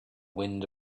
wind